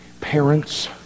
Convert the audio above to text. parents